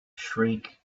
shriek